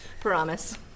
promise